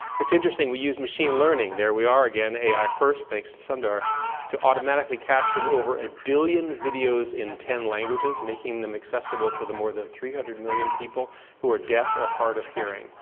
it's interesting. we used machine learning there we are again, ai first, thanks to sundar to automatically caption over a billion videos in ten languages, making them accessible to the more than three hundred million people who are deaf or hard of hearing.